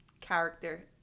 character